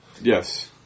Yes